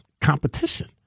competition